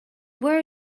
were